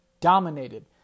dominated